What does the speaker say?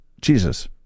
Jesus